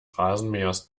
rasenmähers